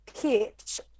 pitch